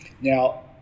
Now